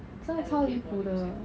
真的超离谱的